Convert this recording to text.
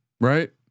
right